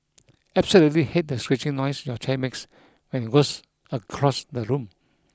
absolutely hate the screeching noise your chair makes when it was across the room